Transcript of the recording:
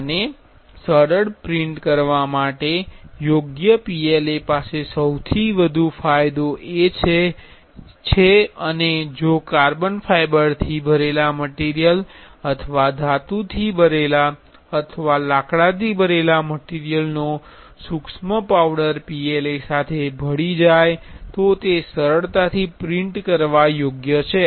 અને સરળ પ્રિન્ટ કરવા યોગ્ય PLA પાસે સૌથી વધુ ફાયદો છે અને જો કાર્બન ફાઇબરથી ભરેલા મટીરિયલ અથવા ધાતુથી ભરેલા અથવા લાકડાથી ભરેલા મટીરિયલ નો સુક્ષ્મ પાઉડર PLA સાથે ભળી જાય તો તે સરળતાથી પ્રિંટ કરવા યોગ્ય છે